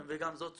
וגם זאת סוגיה,